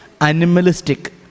animalistic